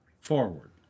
forward